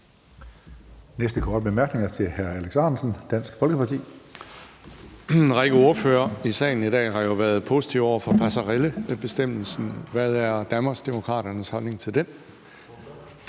næste korte bemærkning er til hr. Alex Ahrendtsen, Dansk Folkeparti. Kl. 19:22 Alex Ahrendtsen (DF): En række ordførere i salen i dag har jo været positive over for passerellebestemmelsen. Hvad er Danmarksdemokraternes holdning til det?